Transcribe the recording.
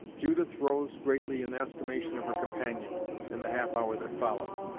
judith rose greatly in the estimation of her companions, in the half hour that followed.